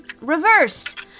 reversed